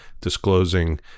disclosing